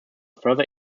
further